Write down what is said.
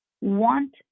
want